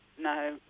no